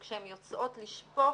וכשהן יוצאות לשפוך,